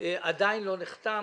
עדיין לא נחתם,